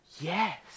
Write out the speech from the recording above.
Yes